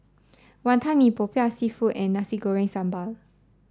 Wantan Mee Popiah Seafood and Nasi Goreng Sambal